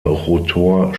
rotor